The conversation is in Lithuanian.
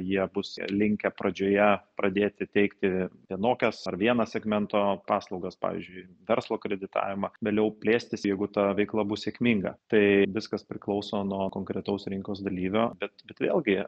jie bus linkę pradžioje pradėti teikti vienokias ar vieną segmento paslaugas pavyzdžiui verslo kreditavimą vėliau plėstis jeigu ta veikla bus sėkminga tai viskas priklauso nuo konkretaus rinkos dalyvio bet bet vėlgi